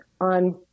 on